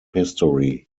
history